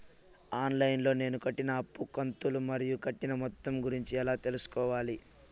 On line లో నేను కట్టిన అప్పు కంతులు మరియు కట్టిన మొత్తం గురించి ఎలా తెలుసుకోవాలి?